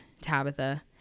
Tabitha